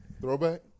Throwback